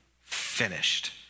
finished